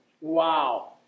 Wow